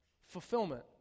fulfillment